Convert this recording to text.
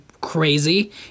crazy